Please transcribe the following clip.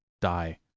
die